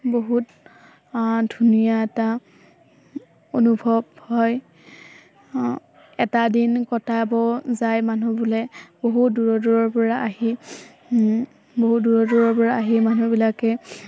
বহুত ধুনীয়া এটা অনুভৱ হয় এটা দিন কটাব যায় মানুহবোৰে বহু দূৰ দূৰৰ পৰা আহি বহু দূৰৰ দূৰৰ পৰা আহি মানুহবিলাকে